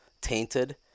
tainted